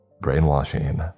Brainwashing